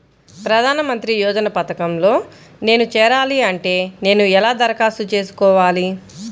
ప్రధాన మంత్రి యోజన పథకంలో నేను చేరాలి అంటే నేను ఎలా దరఖాస్తు చేసుకోవాలి?